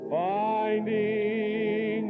finding